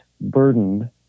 burdened